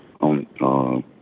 on